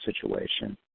situation